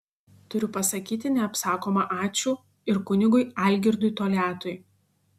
turiu pasakyti neapsakoma ačiū ir kunigui algirdui toliatui